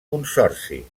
consorci